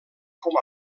com